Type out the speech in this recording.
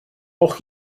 auch